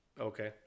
Okay